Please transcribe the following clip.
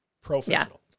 Professional